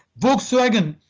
volkswagen,